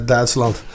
Duitsland